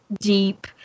deep